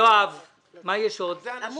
עמ'